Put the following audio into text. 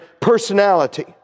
personality